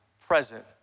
present